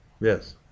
Yes